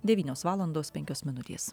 devynios valandos penkios minutės